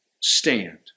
Stand